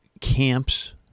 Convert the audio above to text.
camps